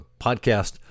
podcast